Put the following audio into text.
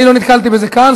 אני לא נתקלתי בזה כאן,